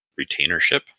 retainership